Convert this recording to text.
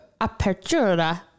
apertura